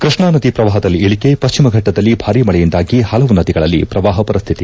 ಕೃಷ್ಣಾ ನದಿ ಪ್ರವಾಪದಲ್ಲಿ ಇಳಕೆ ಪಶ್ಚಿಮ ಘಟ್ಟದಲ್ಲಿ ಭಾರೀ ಮಳೆಯಿಂದಾಗಿ ಪಲವು ನದಿಗಳಲ್ಲಿ ಪ್ರವಾಪ ಪರಿಸ್ಥಿತಿ